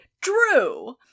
Drew